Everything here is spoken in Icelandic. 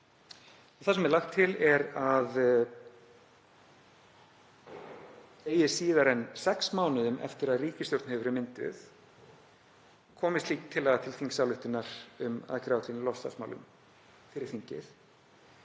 Það sem er lagt til er að eigi síðar en sex mánuðum eftir að ríkisstjórn hefur verið mynduð komi slík tillaga til þingsályktunar um aðgerðaáætlun í loftslagsmálum fyrir þingið